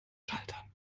schaltern